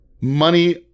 money